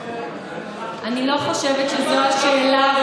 אני לא חושבת שזו השאלה,